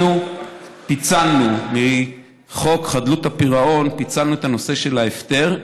אנחנו פיצלנו מחוק חדלות הפירעון את הנושא של ההפטר,